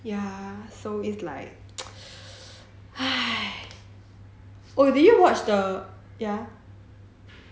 ya so it's like oh did you watch the